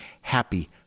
happy